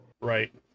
Right